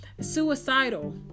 suicidal